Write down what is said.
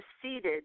proceeded